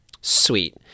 Sweet